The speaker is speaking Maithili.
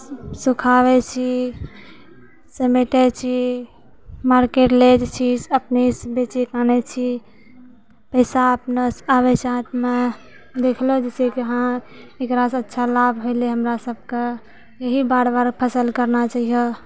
सुखाबै छी समेटे छी मार्केट ले जाइ छी अपनेसँ बेचिके आने छी पैसा अपनो आबै छै हाथमे बेचलहुँ जाहिसँ कि हँ एकरासँ अच्छा लाभ होलै हमरा सभके इएही बार बार फसल करना चाहिए